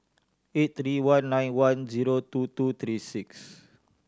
eight three one nine one zero two two three six